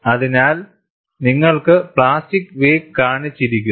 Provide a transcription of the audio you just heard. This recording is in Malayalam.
അതിനാൽ നിങ്ങൾക്ക് പ്ലാസ്റ്റിക് വേക്ക് കാണിച്ചിരിക്കുന്നു